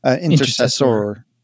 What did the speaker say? Intercessor